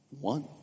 One